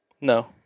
No